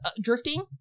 drifting